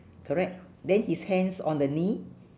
correct then his hands on the knee